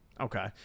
Okay